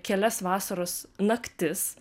kelias vasaros naktis